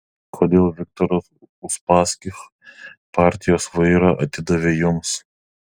kodėl viktoras uspaskich partijos vairą atidavė jums